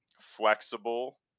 flexible